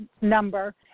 number